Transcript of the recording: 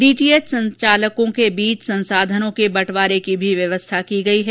DTH संचालकों के बीच संसाधनों के बटवारे की भी व्यवस्था की गई है